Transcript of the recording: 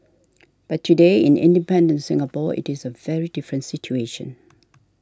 but today in independent Singapore it is a very different situation